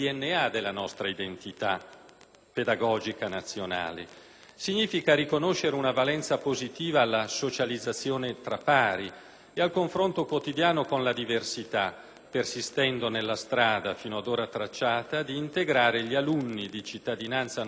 pedagogica nazionale. Significa riconoscere una valenza positiva alla socializzazione tra pari e al confronto quotidiano con la diversità, persistendo nella strada fino ad ora tracciata di integrare gli alunni di cittadinanza non italiana all'interno delle